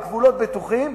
בגבולות בטוחים,